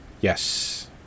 Yes